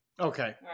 Okay